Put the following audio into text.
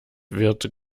wird